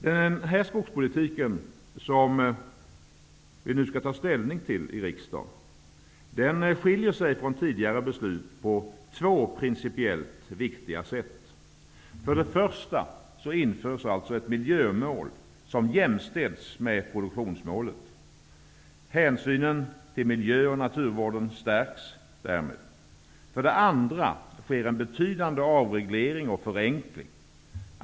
Den skogspolitik som riksdagen nu skall ta ställning till skiljer sig från tidigare beslut på två principiellt viktiga sätt: För det första införs ett miljömål som jämställs med produktionsmålet. Hänsynen till miljö och naturvården stärks därmed. För det andra sker det en betydande avreglering och förenkling.